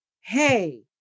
Hey